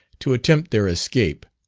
to attempt their escape.